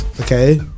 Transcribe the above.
okay